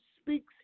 speaks